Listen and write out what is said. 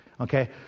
Okay